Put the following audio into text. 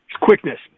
Quickness